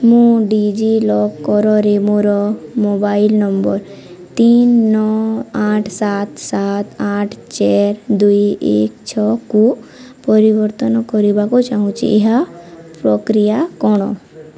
ମୁଁ ଡି ଜି ଲକର୍ରେ ମୋର ମୋବାଇଲ୍ ନମ୍ବର୍ ତିନ ନଅ ଆଠ ସାତ ସାତ ଆଠ ଚାର ଦୁଇ ଏକ ଛଅକୁ ପରିବର୍ତ୍ତନ କରିବାକୁ ଚାହୁଁଛି ଏହା ପ୍ରକ୍ରିୟା କ'ଣ